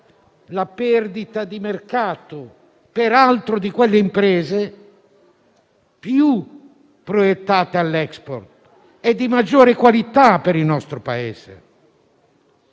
una perdita di mercato da parte di quelle imprese più proiettate all'*export* e di maggiore qualità per il nostro Paese.